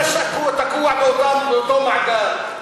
אתה שקוע באותו מעגל.